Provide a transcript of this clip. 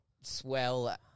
Swell